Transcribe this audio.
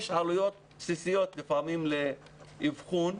יש עלויות בסיסיות לפעמים לאבחון,